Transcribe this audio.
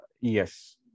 Yes